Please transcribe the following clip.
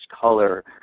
color